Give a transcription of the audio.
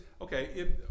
okay